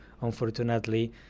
unfortunately